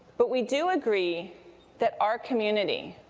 but we do agree that our community,